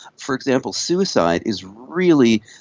for example, suicide is really,